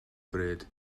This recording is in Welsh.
bryd